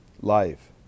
life